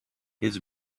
his